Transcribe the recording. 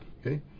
Okay